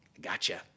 Gotcha